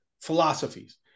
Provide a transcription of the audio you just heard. philosophies